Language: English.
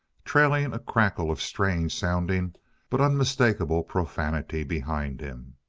trailing a crackle of strange-sounding but unmistakable profanity behind him.